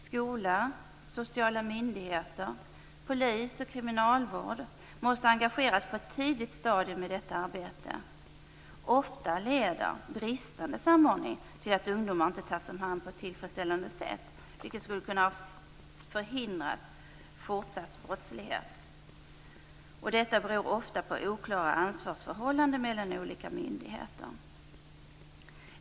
Skola, sociala myndigheter, polis och kriminalvård måste på ett tidigt stadium engageras i detta arbete. Ofta leder bristande samordning till att ungdomar inte tas om hand på ett tillfredsställande sätt, vilket skulle ha kunnat förhindra fortsatt brottslighet. Detta beror ofta på oklara ansvarsförhållanden mellan olika myndigheter.